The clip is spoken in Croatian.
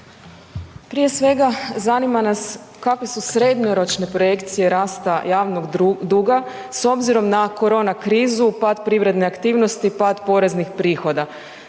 Prije svega zanima nas kakve su srednjoročne projekcije rasta javnog duga s obzirom na korona krizu, pad privredne aktivnosti, pad poreznih prihoda.